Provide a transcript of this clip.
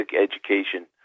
education